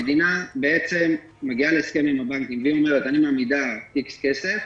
המדינה בעצם מגיעה להסכם עם הבנקים והיא אומרת: אני מעמידה X כסף,